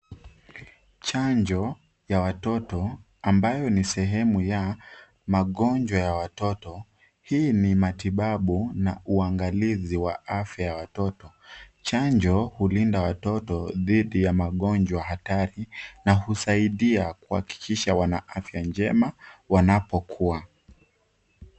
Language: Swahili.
Chanjo ya watoto ambayo ni sehemu ya magonjwa ya watoto hii ni matibabu na uangalizi wa afya ya watoto chanjo hulinda watoto dhidi ya magojwa hatari na husaidia kuhakikisha wanaafya njema wanapokua.